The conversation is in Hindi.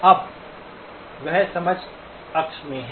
अब वह समय अक्ष में है